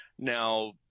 Now